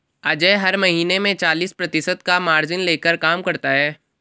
अजय हर महीने में चालीस प्रतिशत का मार्जिन लेकर काम करता है